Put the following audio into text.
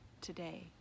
today